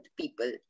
people